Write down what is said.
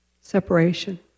separation